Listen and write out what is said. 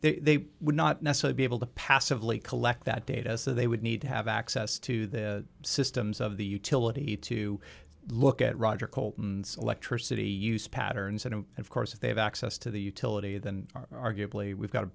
they would not be able to passively collect that data so they would need to have access to the systems of the utility to look at roger cold electricity use patterns and of course if they have access to the utility then arguably we've got a